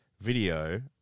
video